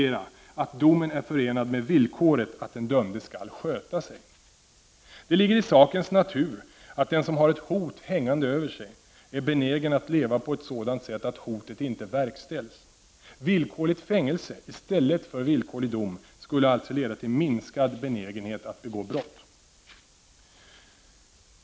1989/90:31 men är förenad med villkoret att den dömde skall sköta sig. 22 november 1989 Det ligger i sakens natur att den som har ett hot hängande över sigär benä AN gen att leva på ett sådant sätt att hotet inte verkställs. Villkorligt fängelse i stället för villkorlig dom skulle alltså leda till minskad benägenhet att begå brott.